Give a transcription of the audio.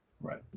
right